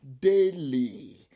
daily